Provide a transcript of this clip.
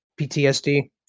PTSD